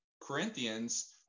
Corinthians